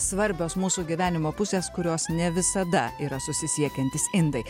svarbios mūsų gyvenimo pusės kurios ne visada yra susisiekiantys indai